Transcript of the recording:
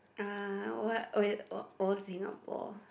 uh what old old old Singapore